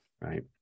right